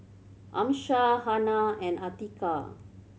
Amsyar Hana and Atiqah